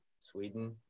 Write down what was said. Sweden